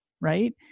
right